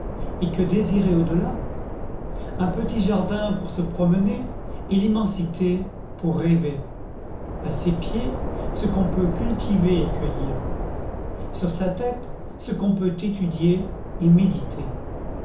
et que désirer au-delà un petit jardin pour se promener et l'immensité pour rêver à ses pieds ce qu'on peut cultiver et cueillir sur sa tête ce qu'on peut étudier et méditer